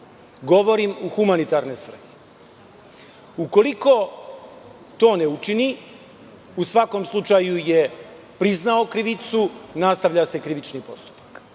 Govorim – u humanitarne svrhe. Ukoliko to ne učini, u svakom slučaju je priznao krivicu i nastavlja se krivični postupak. Pažljivim